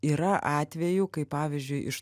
yra atvejų kai pavyzdžiui iš